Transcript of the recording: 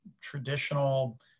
traditional